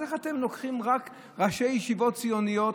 אז איך אתם לוקחים רק ראשי ישיבות ציוניות?